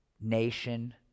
nation